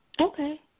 Okay